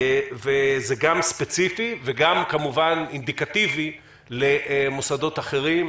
וגם כמובן אינדיקטיבי למוסדות אחרים.